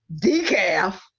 decaf